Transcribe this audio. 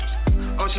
ocean